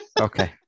Okay